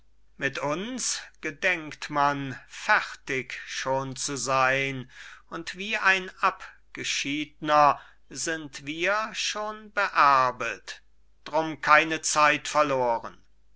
mit uns gedenkt man fertig schon zu sein und wie ein abgeschiedner sind wir schon beerbet drum keine zeit verloren